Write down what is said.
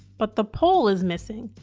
but the pole is missing.